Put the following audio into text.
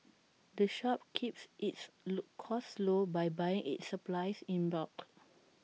the shop keeps its low costs low by buying its supplies in bulk